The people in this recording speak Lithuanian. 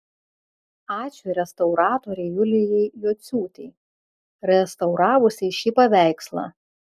ačiū restauratorei julijai jociūtei restauravusiai šį paveikslą